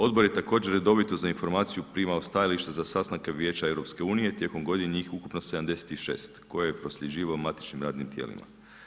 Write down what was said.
Odbor je također redovito za informaciju primao stajališta za sastanke Vijeća EU, tijekom godine njih ukupno 76 koje je prosljeđivao matičnim radnim tijelima.